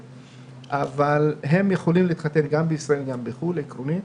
אבל הם יכולים להתחתן עקרונית גם בישראל וגם בחו"ל.